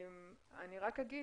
אני רק אגיד,